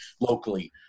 locally